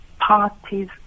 parties